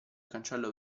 cancello